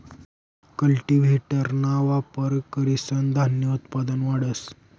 कल्टीव्हेटरना वापर करीसन धान्य उत्पादन वाढस